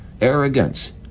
arrogance